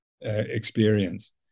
experience